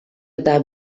eta